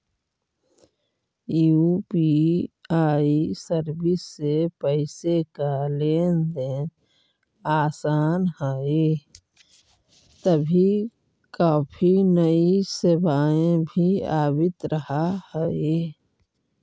UPI service से पैसे का लेन देन आसान हई तभी काफी नई सेवाएं भी आवित रहा हई